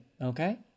okay